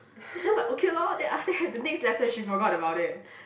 I just like okay loh then after that the next lesson she forgot about it